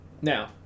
Now